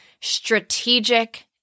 strategic